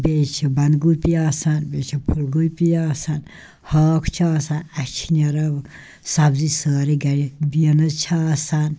بیٚیہِ چھِ بَنٛدگوٗپی آسان بیٚیہِ چھِ فُلگوٗپی آسان ہاکھ چھِ آسان اَسہِ چھِ نیران سبزی سٲرٕے گَرِ بیٖنٕز چھِ آسان